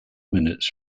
minutes